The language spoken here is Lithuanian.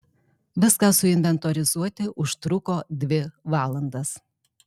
viską suinventorizuoti užtruko dvi valandas